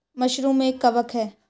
mushroom एक कवक है